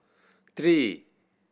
three